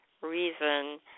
reason